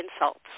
insults